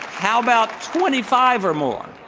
how about twenty five or more?